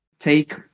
take